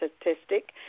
statistic